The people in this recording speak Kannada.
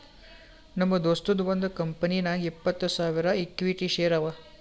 ನಮ್ ದೋಸ್ತದು ಒಂದ್ ಕಂಪನಿನಾಗ್ ಇಪ್ಪತ್ತ್ ಸಾವಿರ ಇಕ್ವಿಟಿ ಶೇರ್ ಅವಾ